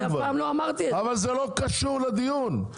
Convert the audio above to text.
זה לא קשור לדיון.